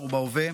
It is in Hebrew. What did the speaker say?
בעבר ובהווה.